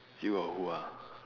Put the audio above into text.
still got who ah